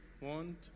want